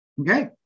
Okay